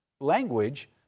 language